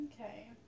Okay